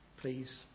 please